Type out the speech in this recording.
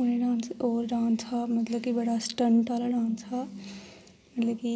उ'नें डान्स होर डान्स हा मतलब कि बड़ा स्टन्ट आह्ला डान्स हा मतलब कि